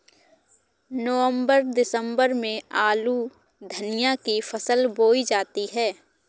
नवम्बर दिसम्बर में आलू धनिया की फसल बोई जाती है?